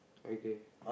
okay